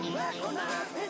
recognize